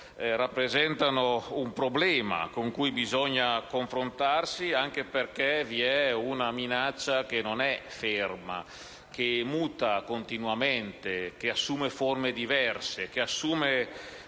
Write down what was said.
rappresentano un problema con cui bisogna confrontarsi, anche perché vi è una minaccia che non è ferma, ma che muta continuamente e che assume forme diverse e una